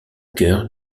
cœur